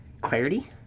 clarity